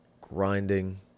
grinding